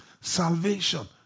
salvation